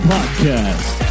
Podcast